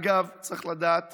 אגב, צריך לדעת